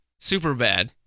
Superbad